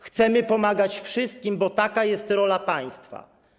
Chcemy pomagać wszystkim, bo taka jest rola państwa.